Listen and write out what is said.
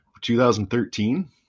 2013